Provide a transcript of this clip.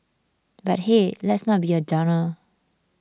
but hey let's not be a downer